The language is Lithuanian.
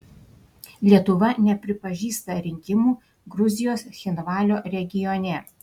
lietuva nepripažįsta rinkimų gruzijos cchinvalio regione